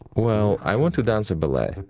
well, i want to dance ballet,